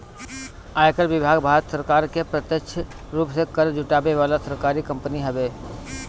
आयकर विभाग भारत सरकार के प्रत्यक्ष रूप से कर जुटावे वाला सरकारी कंपनी हवे